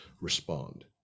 respond